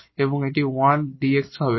এবং এটা 1 𝐷 x হবে